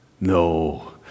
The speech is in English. No